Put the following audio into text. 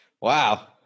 Wow